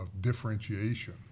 differentiation